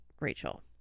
Rachel